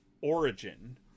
origin